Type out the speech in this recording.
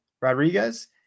Rodriguez